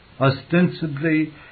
Ostensibly